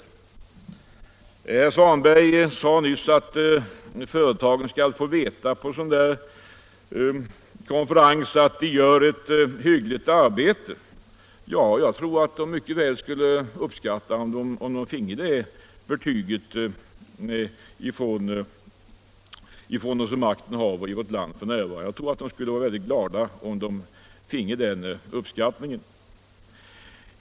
Herr Svanberg sade nyss att företagarna på en konferens skall få veta att de gör ett hyggligt arbete. Ja, jag tror att de mycket väl skulle uppskatta ett sådant betyg från dem som har makten i vårt land f.n.